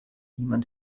niemand